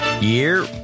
year